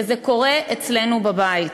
שזה קורה אצלנו בבית.